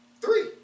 three